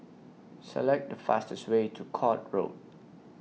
Select The fastest Way to Court Road